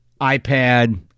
iPad